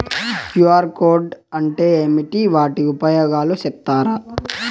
QR code అంటే ఏమి వాటి ఉపయోగాలు సెప్తారా?